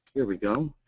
here we go.